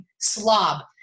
slob